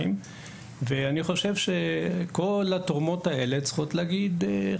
ואני חושב שכל התורמים לתוכנית הלימודים הזאת,